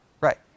Right